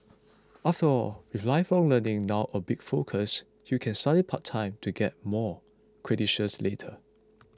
after all with lifelong learning now a big focus you can study part time to get more credentials later